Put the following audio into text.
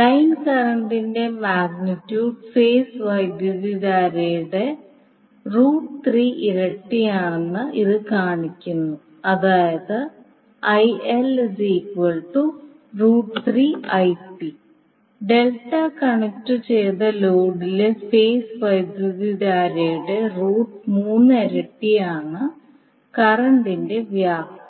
line കറന്റിന്റെ magnitude phase വൈദ്യുതധാരയുടെ ഇരട്ടിയാണെന്ന് ഇത് കാണിക്കുന്നു അതായത് ഡെൽറ്റ കണക്റ്റുചെയ്ത ലോഡിലെ ഫേസ് വൈദ്യുതധാരയുടെ റൂട്ട് മൂന്നിരട്ടിയാണ് കറന്റിന്റെ വ്യാപ്തി